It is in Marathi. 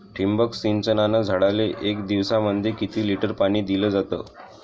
ठिबक सिंचनानं झाडाले एक दिवसामंदी किती लिटर पाणी दिलं जातं?